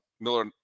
Miller